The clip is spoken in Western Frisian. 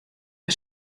nei